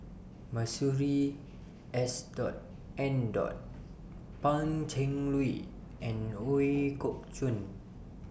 Masuri S Dot N Dot Pan Cheng Lui and Ooi Kok Chuen